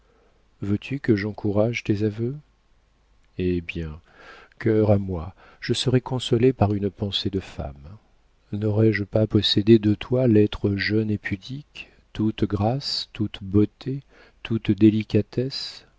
veux-tu que j'encourage tes aveux eh bien cœur à moi je serai consolée par une pensée de femme n'aurais-je pas possédé de toi l'être jeune et pudique toute grâce toute beauté toute délicatesse